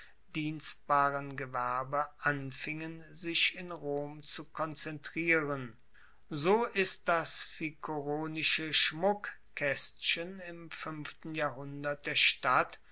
dienstbaren gewerbe anfingen sich in rom zu konzentrieren so ist das ficoronische schmuckkaestchen im fuenften jahrhundert der stadt